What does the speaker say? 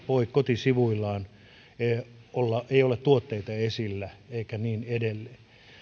voi kotisivuillaan olla tuotteita esillä ja niin edelleen